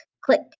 click